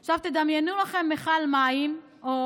עכשיו, תדמיינו לכם מכל מים או